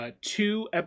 two